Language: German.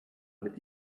mit